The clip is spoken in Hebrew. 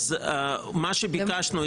אז מה שביקשנו,